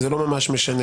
זה לא ממש משנה